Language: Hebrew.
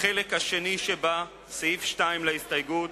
החלק השני שבה, סעיף 2 להסתייגות: